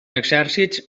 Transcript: exèrcits